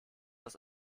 aus